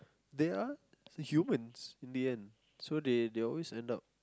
they are humans in the end so they they always end up